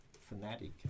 fanatic